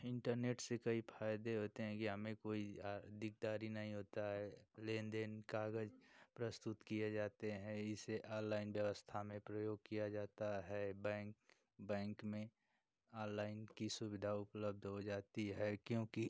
internet से कई फायदे होते हैं यह हमें कोई दिकदारी नहीं होता है लेनदेन कागज़ प्रस्तुत किए जाते हैं इसे ऑललाइन व्यवस्था में प्रयोग किया जाता है बैंक बैंक में ऑललाइन की सुविधा उपलब्ध हो जाती है क्योंकि